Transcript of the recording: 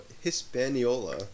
Hispaniola